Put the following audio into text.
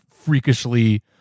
freakishly